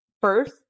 first